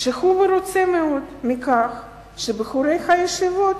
שהוא מרוצה מאוד מכך שבחורי הישיבות